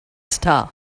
star